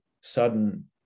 sudden